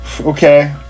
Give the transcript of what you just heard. Okay